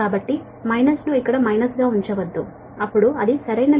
కాబట్టి ఇక్కడ మైనస్ను ఉంచవద్దు అప్పుడు అది సరైనది కాదు